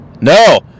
no